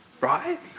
right